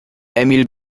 emil